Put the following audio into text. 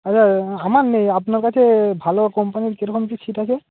আমার নেই আপনার কাছে ভালো কোম্পানির কেরকম কি ছিট আছে